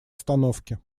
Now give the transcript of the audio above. остановки